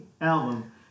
album